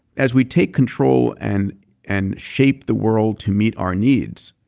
as we take control and and shape the world to meet our needs.